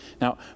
Now